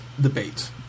debate